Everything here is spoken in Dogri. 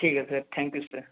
ठीक ऐ सर थैंक्यू सर